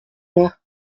moi